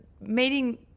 meeting